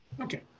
Okay